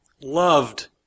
Loved